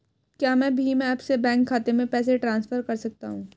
क्या मैं भीम ऐप से बैंक खाते में पैसे ट्रांसफर कर सकता हूँ?